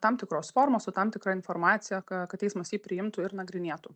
tam tikros formos su tam tikra informacija kad teismas jį priimtų ir nagrinėtų